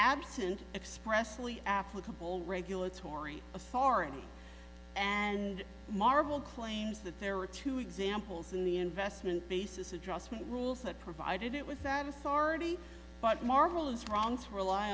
absent expressly applicable regulatory authority and marbled claims that there are two examples in the investment basis adjustment rules that provided it was that authority but marvel is wrong to rely